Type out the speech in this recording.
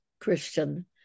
Christian